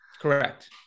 Correct